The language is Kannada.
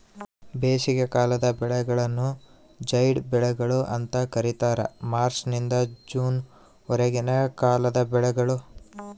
ಬೇಸಿಗೆಕಾಲದ ಬೆಳೆಗಳನ್ನು ಜೈಡ್ ಬೆಳೆಗಳು ಅಂತ ಕರೀತಾರ ಮಾರ್ಚ್ ನಿಂದ ಜೂನ್ ವರೆಗಿನ ಕಾಲದ ಬೆಳೆಗಳು